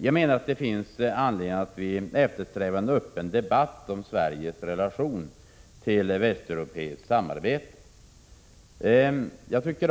Jag menar att det finns anledning att eftersträva en öppen debatt om Sveriges relation till västeuropeiskt samarbete.